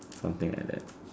something like that